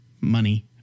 money